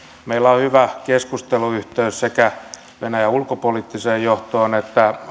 meillä on hyvä keskusteluyhteys sekä venäjän ulkopoliittiseen johtoon että